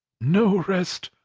no rest,